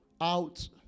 out